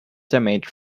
damage